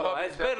מה הבעיה בנוסח?